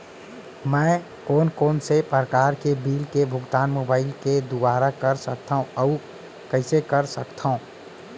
मैं कोन कोन से प्रकार के बिल के भुगतान मोबाईल के दुवारा कर सकथव अऊ कइसे कर सकथव?